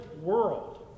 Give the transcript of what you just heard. world